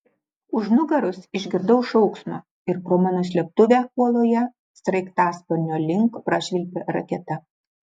už nugaros išgirdau šauksmą ir pro mano slėptuvę uoloje sraigtasparnio link prašvilpė raketa